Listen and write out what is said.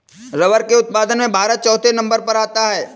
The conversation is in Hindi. रबर के उत्पादन में भारत चौथे नंबर पर आता है